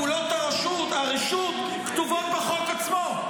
פעולות הרשות כתובות בחוק עצמו,